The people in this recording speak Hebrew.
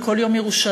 בכל יום ירושלים,